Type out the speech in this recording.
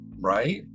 Right